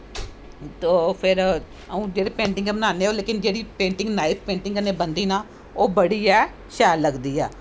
तो फिर अऊं जेह्की पेंटिंगां बनानी लेकिन पेंटिंग नाईफ पेंटिंग कन्नै बनदी ना ओह् बड़ी गै शैल लगदी ऐ